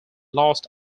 lost